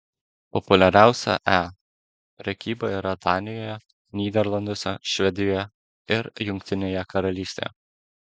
populiariausia e prekyba yra danijoje nyderlanduose švedijoje ir jungtinėje karalystėje